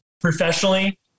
professionally